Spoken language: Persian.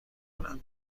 کنم